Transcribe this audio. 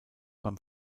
beim